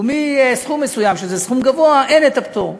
ומסכום מסוים, שזה סכום גבוה, אין פטור.